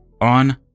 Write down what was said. on